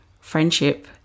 friendship